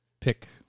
pick